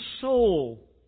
soul